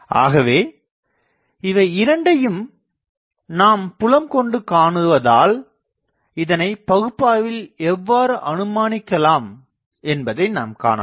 ஆகவே இவை இரண்டையும் நாம் புலம் கொண்டு காணுவதால் இதனை பகுப்பாய்வில் எவ்வாறு அனுமானிக்கலாம் என்பதை நாம் காணலாம்